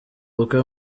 ubukwe